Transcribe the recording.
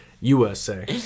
USA